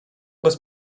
bez